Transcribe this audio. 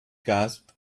gasped